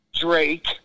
Drake